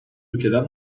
ülkeden